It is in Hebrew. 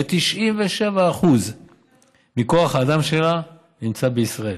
ו-97% מכוח האדם שלה נמצא בישראל.